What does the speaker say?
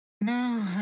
No